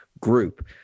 group